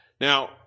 Now